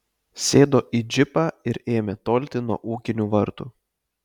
sėdo į džipą ir ėmė tolti nuo ūkinių vartų